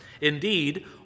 indeed